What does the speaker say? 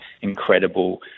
incredible